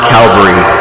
Calvary